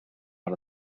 out